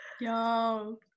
Yo